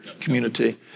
community